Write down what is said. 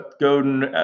Godin